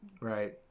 right